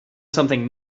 something